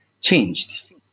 changed